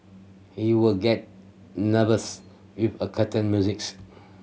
he would get nervous with a musics